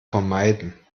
vermeiden